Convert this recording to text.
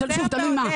חסר ועוד איך.